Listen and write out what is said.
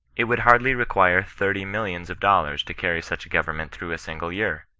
it would hardly require thirti millions of dollars to carry such a government through a single year.